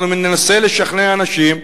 אנחנו ננסה לשכנע אנשים,